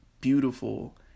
beautiful